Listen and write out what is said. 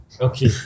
Okay